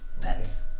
pets